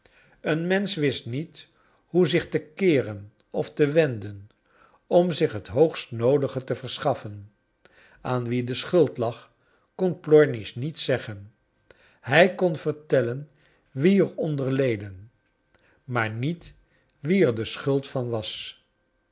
een mensch wist niet hoe zich te keeren of te wenden om zich het hoogst noodige te verschaffen aan wien de schuld lag kon plornish niet zeggen hij kon vertellen wie er onder leden maar niet wie er de schuld van was